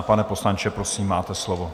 Pane poslanče, prosím, máte slovo.